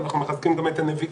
אנחנו מחזקים גם את הנבואה.